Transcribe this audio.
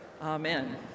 Amen